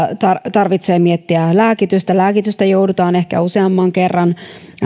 tarvitsee miettiä lääkitystä lääkitystä joudutaan ehkä useamman kerran